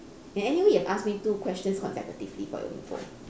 and anyway you ask me two questions consecutively for your info